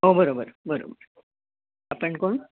हो बरोबर बरोबर आपण कोण